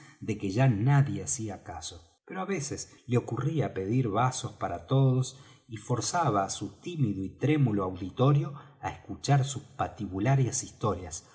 de que ya nadie hacía caso pero á veces le ocurría pedir vasos para todos y forzaba á su tímido y trémulo auditorio á escuchar sus patibularias historias